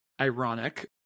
ironic